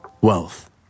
wealth